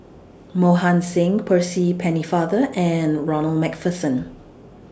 Mohan Singh Percy Pennefather and Ronald MacPherson